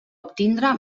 obtindre